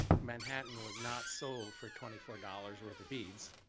manhattan was not sold for twenty four dollars worth of beads.